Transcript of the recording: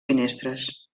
finestres